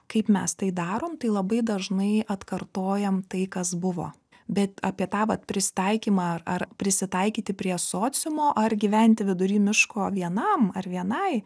kaip mes tai darom tai labai dažnai atkartojam tai kas buvo bet apie tą vat prisitaikymą ar ar prisitaikyti prie sociumo ar gyventi vidury miško vienam ar vienai